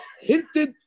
hinted